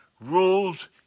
rules